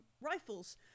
rifles